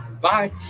Bye